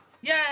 Yay